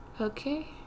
okay